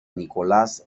nicolás